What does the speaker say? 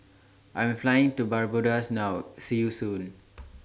I Am Flying to Barbados now See YOU Soon